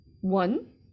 One